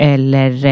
Eller